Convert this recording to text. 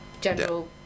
general